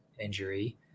injury